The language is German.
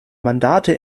mandate